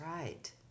Right